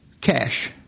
cash